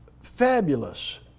fabulous